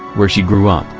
where she grew up,